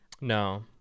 No